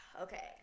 okay